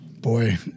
Boy